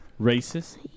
racist